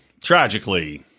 tragically